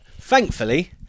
Thankfully